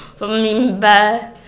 remember